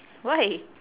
why